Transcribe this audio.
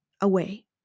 away